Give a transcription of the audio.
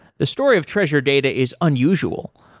the story of treasure data is unusual.